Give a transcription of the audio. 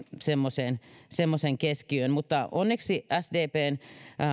semmoiseen semmoiseen keskiöön mutta onneksi sdpn